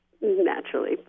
naturally